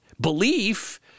belief